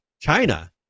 China